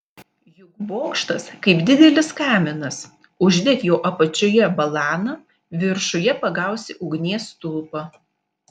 juk bokštas kaip didelis kaminas uždek jo apačioje balaną viršuje pagausi ugnies stulpą